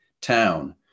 town